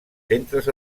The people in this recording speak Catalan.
centres